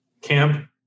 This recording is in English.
camp